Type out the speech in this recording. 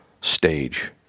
stage